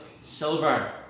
silver